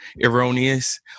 erroneous